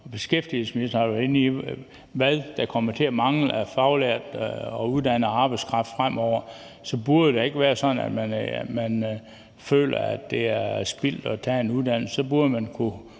beskæftigelsesministeren har også været inde på, hvad der kommer til at mangle af faglært og uddannet arbejdskraft fremover – så burde det da ikke være sådan, at man føler, at det er spild at tage en uddannelse. Så burde man